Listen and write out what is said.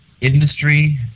industry